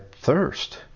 thirst